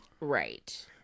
Right